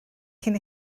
cyn